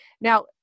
Now